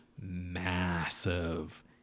massive